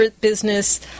business